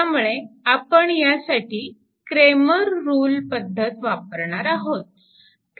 त्यामुळे आपण यासाठी क्रेमर रुल पद्धत वापरणार आहोत